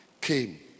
came